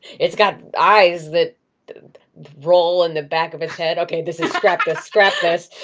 it's got eyes that roll in the back of his head, okay, this and scrap this, scrap this!